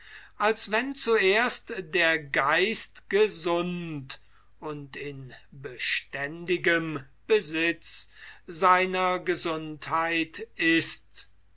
als wenn zuerst der geist gesund und in beständigem besitz seiner gesundheit ist